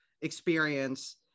experience